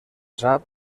sap